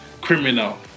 criminal